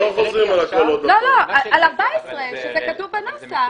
לא, על 14 שזה כתוב בנוסח,